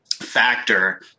factor